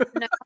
No